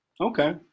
okay